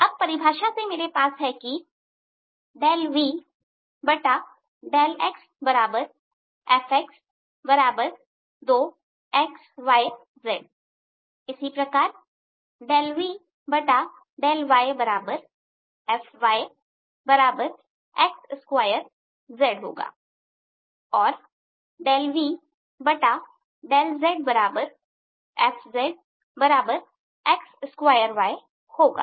अब परिभाषा से मेरे पास है VδxFx2xyzइसी प्रकार VδyFyx2zहोगा और VδzFzx2yहोगा